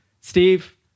Steve